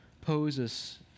poses